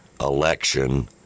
election